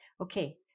okay